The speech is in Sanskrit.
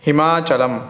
हिमाचलम्